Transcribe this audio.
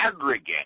aggregate